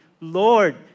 Lord